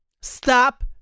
stop